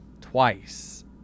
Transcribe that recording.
twice